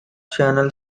channel